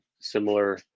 similar